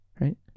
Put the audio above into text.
right